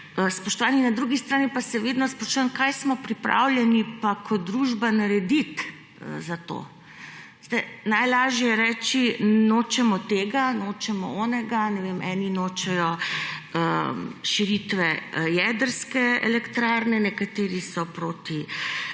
spoštovani, na drugi strani pa se vedno sprašujem, kaj smo pripravljeni pa kot družba narediti za to. Veste, najlažje je reči, nočemo tega, nočemo onega, ne vem, eni nočejo širitve jedrske elektrarne, nekateri so proti,